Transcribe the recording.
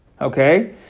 Okay